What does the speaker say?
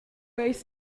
eis